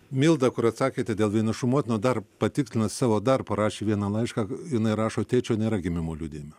milda kur atsakėte dėl vienišų motinų dar patikslino savo dar parašė vieną laišką jinai rašo tėčio nėra gimimo liudijime